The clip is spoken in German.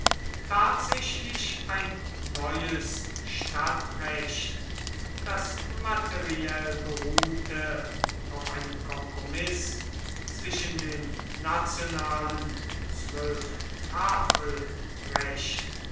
tatsächlich ein neues stadtrecht das materiell beruhte auf einem kompromiß zwischen dem nationalen